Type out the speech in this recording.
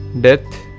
Death